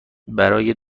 برای